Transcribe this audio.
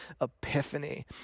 epiphany